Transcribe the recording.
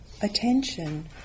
Attention